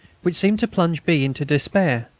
which seemed to plunge b. into despair.